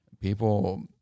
people